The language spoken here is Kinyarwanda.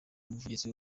umuvugizi